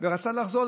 ורצה לחזור,